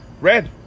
Red